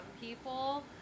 people